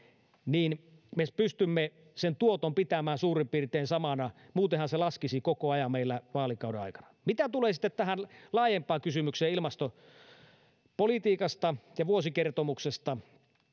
niin me pystymme sen tuoton pitämään suurin piirtein samana muutenhan se laskisi koko ajan meillä vaalikauden aikana mitä tulee sitten tähän laajempaan kysymykseen ilmastopolitiikasta ja vuosikertomuksesta